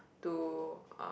to uh